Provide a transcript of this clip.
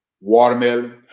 watermelon